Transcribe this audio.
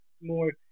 more